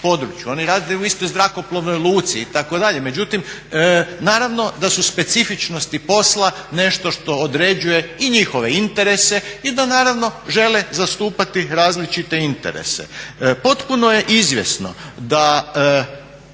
oni rade u istoj zrakoplovnoj luci itd. Međutim, naravno da su specifičnosti posla nešto što određuje i njihove interese i da naravno žele zastupati različite interese. Potpuno je izvjesno da